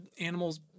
animals